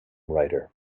writer